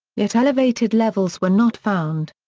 yet elevated levels were not found.